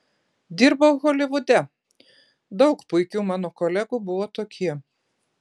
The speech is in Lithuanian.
dirbau holivude daug puikių mano kolegų buvo tokie